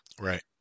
Right